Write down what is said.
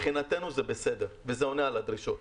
מבחינתנו זה בסדר וזה עונה על הדרישות.